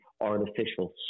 artificial